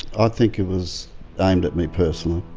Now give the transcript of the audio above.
i think it was aimed at me personally.